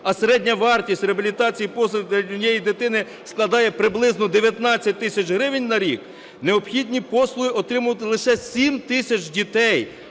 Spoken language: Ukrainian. а середня вартість реабілітації, послуг, для однієї дитини складає приблизно 19 тисяч гривень на рік, необхідні послуги отримуватимуть лише 7 тисяч дітей,